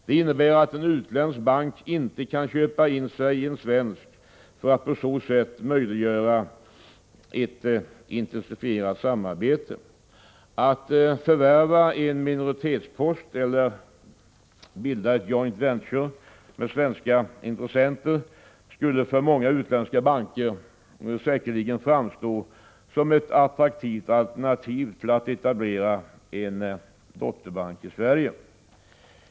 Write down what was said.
Det innebär att en utländsk bank inte kan köpa in sig i en svensk för att på sätt möjliggöra ett intensifierat samarbete. Att förvärva en minoritetspost eller bilda ett joint-venture med svenska intressenter skulle för många utländska banker säkerligen framstå som ett attraktivt alternativ till att etablera en dotterbank i Sverige.